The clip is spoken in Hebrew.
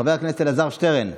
חבר הכנסת אלעזר שטרן,